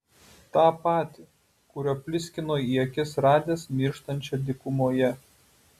tą patį kuriuo pliskino į akis radęs mirštančią dykumoje